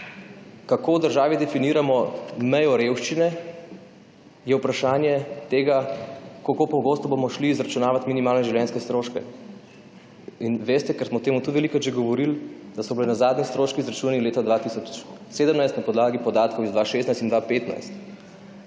Kako v državi definiramo mejo revščine je vprašanje tega kako pogosto bomo šli izračunavati minimalne življenjske stroške. In veste, ker smo o tem tudi že veliko govorili, da so bili na zadnje stroški izračunani leta 2017 na podlagi podatkov iz 2016 in 2015.